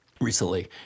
recently